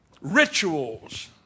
rituals